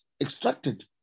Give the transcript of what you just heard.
extracted